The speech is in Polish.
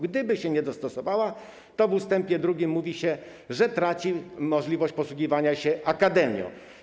Gdyby się nie dostosowała, to w ust. 2 mówi się, że traci możliwość posługiwania się nazwą: akademia.